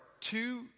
two